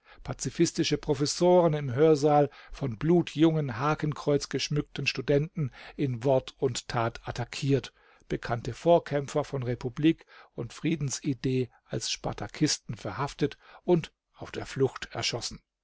pazifistische professoren im hörsaal von blutjungen hakenkreuzgeschmückten studenten in wort und tat attackiert bekannte vorkämpfer von republik und friedensidee als spartakisten verhaftet und auf der flucht erschossen